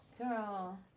Girl